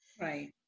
Right